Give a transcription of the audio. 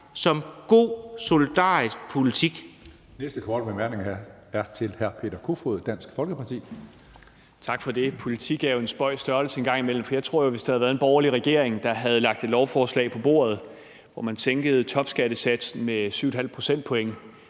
som god og solidarisk politik.